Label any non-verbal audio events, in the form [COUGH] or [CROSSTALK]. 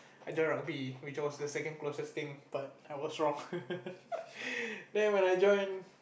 I join rugby which was the second closest but I was wrong [LAUGHS] then when I join